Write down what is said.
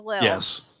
Yes